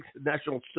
National